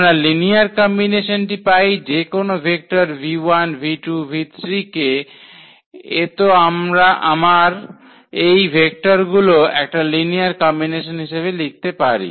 আমরা লিনিয়ার কম্বিনেশনটি পাই যেকোনো ভেক্টর কে এতো আমার এই ভেক্টরগুলোর একটা লিনিয়ার কম্বিনেশন হিসাবে লিখতে পারি